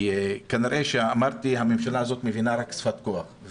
כנראה שהממשלה הזאת מבינה רק שפת כוח.